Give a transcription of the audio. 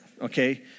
okay